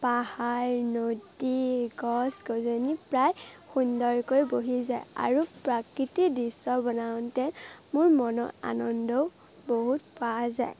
পাহাৰ নদী গছ গছনি প্ৰায় সুন্দৰকৈ বহি যায় আৰু প্ৰাকৃতিৰ দৃশ্য বনাওঁতে মোৰ মনৰ আনন্দও বহুত পোৱা যায়